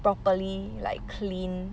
properly like clean